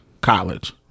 college